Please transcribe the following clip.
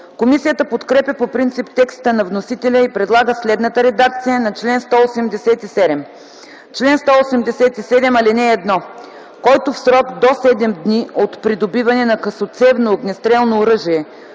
Комисията подкрепя по принцип текста на вносителя и предлага следната редакция на чл. 187: „Чл. 187. (1) Който в срок до 7 дни от придобиване на късоцевно огнестрелно оръжие